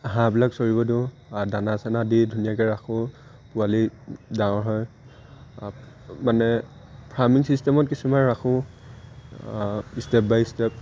হাঁহবিলাক চৰিব দিওঁ আৰু দানা চানা দি ধুনীয়াকৈ ৰাখোঁ পোৱালি ডাঙৰ হয় মানে ফাৰ্মিং চিষ্টেমত কিছুমান ৰাখোঁ ষ্টেপ বাই ষ্টেপ